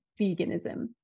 veganism